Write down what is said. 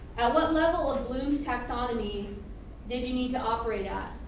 what level of bloom's taxonomy did you need to operate at?